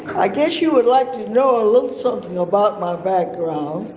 i guess you would like to know a little something about my background